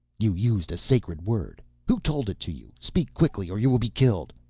you used a sacred word. who told it to you? speak quickly or you will be killed.